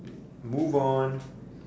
move on